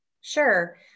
Sure